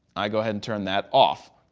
i go ahead and turn that off.